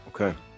okay